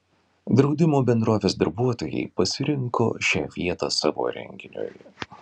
draudimo bendrovės darbuotojai pasirinko šią vietą savo renginiui